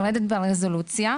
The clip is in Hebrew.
יורדת ברזולוציה,